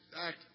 act